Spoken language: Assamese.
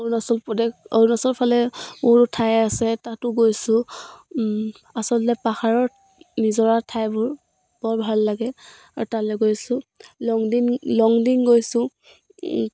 অৰুণাচল প্ৰদেশ অৰুণাচলৰ ফালে বহুতো ঠাই আছে তাতো গৈছোঁ আচলতে পাহাৰৰ নিজৰা ঠাইবোৰ বৰ ভাল লাগে আৰু তালৈ গৈছোঁ লংডিং লংডিং গৈছোঁ